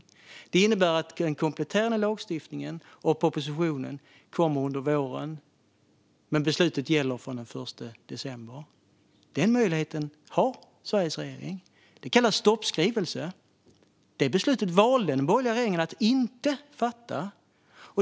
Detta innebär att den kompletterande lagstiftningen och propositionen kommer under våren men att beslutet gäller från den 1 december. Den möjligheten har Sveriges regering. Det kallas stoppskrivelse. Det beslutet valde den borgerliga regeringen att inte fatta.